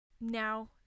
now